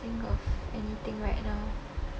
think of anything right now